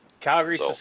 Calgary